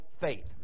faith